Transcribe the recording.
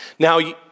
Now